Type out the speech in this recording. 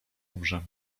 umrzemy